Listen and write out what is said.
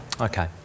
Okay